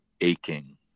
aching